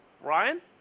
Ryan